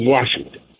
Washington